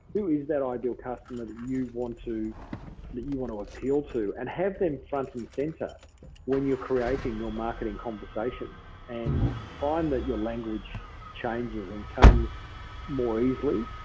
who is that ideal customer that you want to that you want to appeal to? and have them front and center when you're creating your marketing conversation. and find that your language changes and comes more easily,